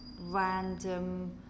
random